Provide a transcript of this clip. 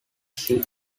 sea